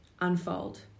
unfold